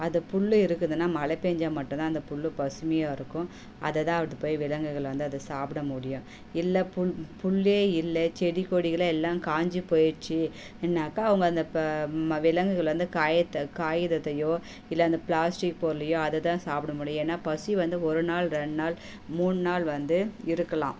அது புல் இருக்குதுனா மலை பெஞ்சா மட்டுந்தான் அந்த புல்லு பசுமையாருக்கும் அதை தான் அவட்ட விலங்குகள் வந்து அதை சாப்பிட முடியும் இல்லை புல் புல்லே இல்லை செடி கொடிகளே எல்லாம் காஞ்சி போய்ச்சுன்னாக்க அவங்க அந்த இப்போ விலங்குகள் வந்து காயத்தை காகிதத்தையோ இல்லை அந்த ப்ளாஸ்டிக் பொருளையோ அதை தான் சாப்புட முடியும் ஏன்னா பசி வந்து ஒரு நாள் ரெண்டுனால் மூணுனால் வந்து இருக்கலாம்